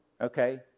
okay